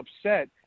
upset